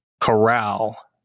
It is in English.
corral